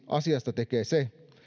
asiasta tekee se